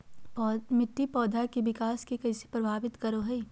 मिट्टी पौधा के विकास के कइसे प्रभावित करो हइ?